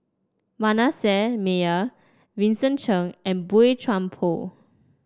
Manasseh Meyer Vincent Cheng and Boey Chuan Poh